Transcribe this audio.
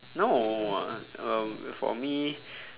no um for me